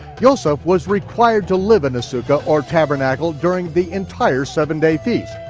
yoseph was required to live in a sukkah or tabernacle during the entire seven day feast.